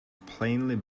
plainly